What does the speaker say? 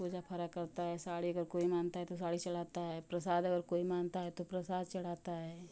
पूजा फारा करता है साड़ी का अगर कोई मानता है तो साड़ी चढ़ाता है प्रसाद अगर कोई मानता है तो प्रसाद चढ़ाता है